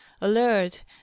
alert